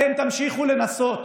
אתם תמשיכו לנסות